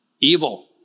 evil